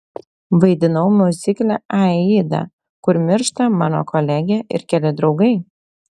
vaidinau miuzikle aida kur miršta mano kolegė ir keli draugai